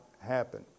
happen